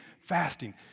fasting